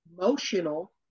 emotional